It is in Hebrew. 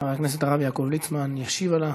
חבר הכנסת הרב יעקב ליצמן ישיב על ההצעה.